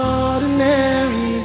ordinary